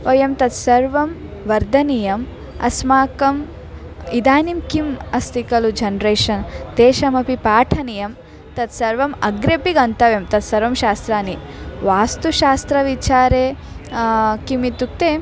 वयं तत्सर्वं वर्धनीयम् अस्माकम् इदानीं किम् अस्ति कलु जन्रेशन् तेषामपि पाठनीयं तत्सर्वम् अग्रेपि गन्तव्यं तत्सर्वाणि शास्त्राणि वास्तुशास्त्रविचारे किम् इत्युक्ते